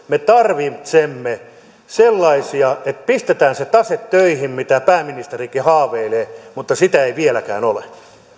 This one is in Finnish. me tarvitsemme sellaisia että pistetään se tase töihin mistä pääministerikin haaveilee mutta sitä ei vieläkään ole